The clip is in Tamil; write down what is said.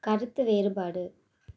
கருத்து வேறுபாடு